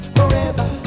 forever